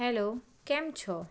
hello કેમ છો